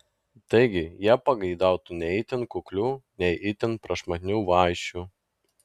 taigi jie pageidautų nei itin kuklių nei itin prašmatnių vaišių